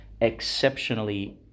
exceptionally